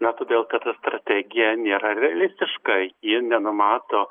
na todėl kad ta strategija nėra realistiška ji nenumato